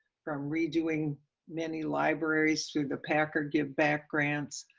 from redoing many libraries through the packer giveback grants,